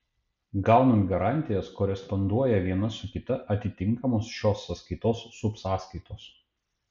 gaunant garantijas koresponduoja viena su kita atitinkamos šios sąskaitos subsąskaitos